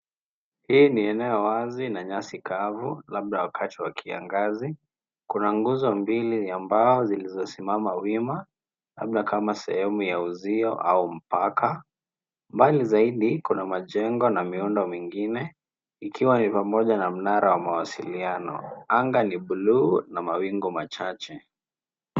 Hii ni eneo wazi na nyasi kavu labda wakati wa kiangazi. Kuna nguzo mbili ya mbao zilizosimama wima, labda kama sehemu ya uzio au mpaka. Mbali zaidi kuna majengo na miundo mingine ikiwa ni pamoja na mnara wa mawasiliano. Anga ni buluu na mawingu machache.